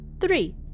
Three